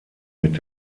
mit